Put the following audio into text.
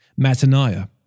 Mataniah